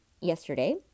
yesterday